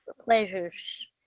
pleasures